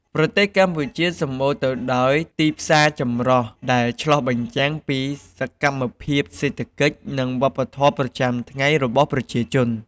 ប្រទេសកម្ពុជា សម្បូរទៅដោយទីផ្សារចម្រុះ ដែលឆ្លុះបញ្ចាំងពីសកម្មភាពសេដ្ឋកិច្ច និងវប្បធម៌ប្រចាំថ្ងៃរបស់ប្រជាជន។